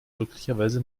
glücklicherweise